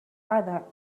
other